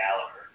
Gallagher